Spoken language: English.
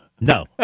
No